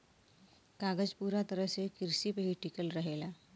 कागज पूरा तरह से किरसी पे ही टिकल रहेला